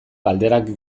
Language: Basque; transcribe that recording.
galderak